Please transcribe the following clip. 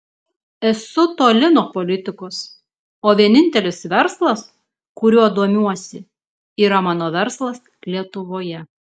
esu toli nuo politikos o vienintelis verslas kuriuo domiuosi yra mano verslas lietuvoje